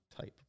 type